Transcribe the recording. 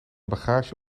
bagage